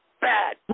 bad